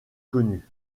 connu